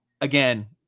again